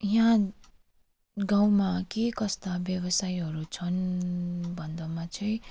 यहाँ गाउँमा के कस्ता व्यवसायहरू छन् भन्दमा चाहिँ